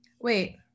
wait